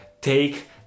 take